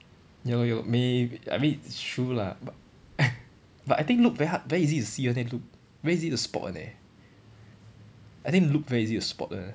ya lor ya lor may~ I mean it's true lah but but I think loop very hard very easy to see then loop very easy to spot [one] eh I think loop very easy to spot [one] leh